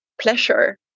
pleasure